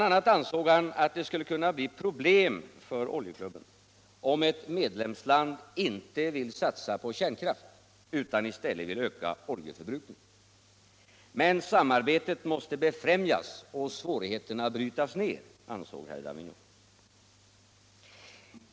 a. ansåg han att det skulle kunna bli problem för Oljeklubben om ett medlemsland inte vill satsa på kärnkraft utan i stället vill öka oljeförbrukningen. Men samarbetet måste befrämjas och svårigheterna brytas ner, ansåg herr Davignon.